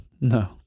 No